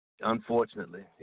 Unfortunately